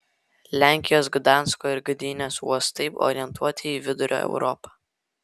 lenkijos gdansko ir gdynės uostai orientuoti į vidurio europą